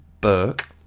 Burke